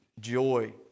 joy